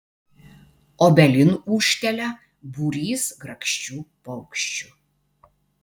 obelin ūžtelia būrys grakščių paukščių